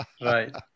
Right